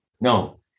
no